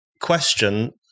question